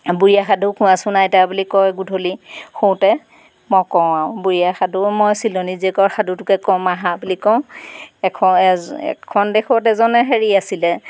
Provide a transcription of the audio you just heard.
বুঢ়ী আই সাধু কোৱাচোন আইতা বুলি কয় গধূলি শোওঁতে মই কওঁ আৰু বুঢ়ী আই সাধু মই চিলনী জীয়কৰ সাধুটোকে ক'ম আহা বুলি কওঁ এখন এজন এখন দেশত এজনে হেৰি আছিলে